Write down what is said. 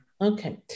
Okay